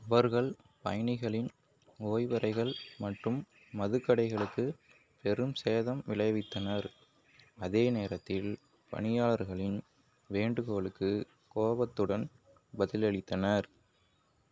அவர்கள் பயணிகளின் ஓய்வறைகள் மற்றும் மதுக்கடைகளுக்கு பெரும் சேதம் விளைவித்தனர் அதே நேரத்தில் பணியாளர்களின் வேண்டுகோளுக்கு கோபத்துடன் பதிலளித்தனர்